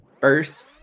First